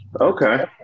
okay